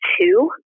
two